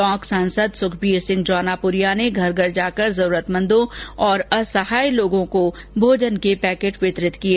टोंक सांसद सुखबीर सिंह जौनापुरिया ने घर घर जाकर जरूरतमंदों तथा असहाय लोगों को भोजन के पैकेट वितरित किए